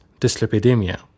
dyslipidemia